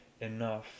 enough